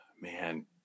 Man